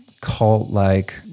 cult-like